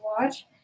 watch